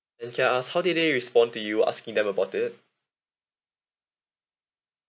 and can I ask how did they respond to you asking them about it